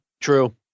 true